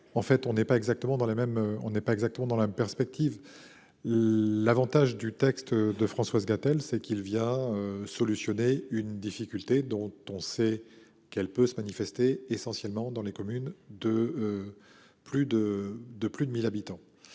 mêmes, on n'est pas exactement dans la perspective. L'Avantage du texte de Françoise Gatel, c'est qu'il via solutionné une difficulté dont on sait qu'elle peut se manifester, essentiellement dans les communes de. Plus de de plus de 1000 habitants